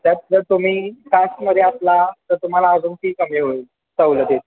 त्यात जर तुम्ही कास्टमध्ये असला तर तुम्हाला अजून फी कमी होईल सवलती